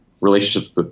relationships